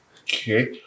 Okay